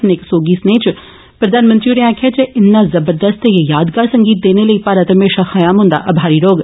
अपने इक सौगी स्नेह इव प्रधानमंत्री होरें आक्खेया जे इन्ना जवरउस्त ते यादगार संगीत देने लेई भारत म्हेशां खायम हुन्दा अभारी रहौग